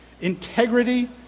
integrity